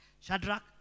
Shadrach